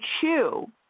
chew